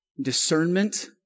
Discernment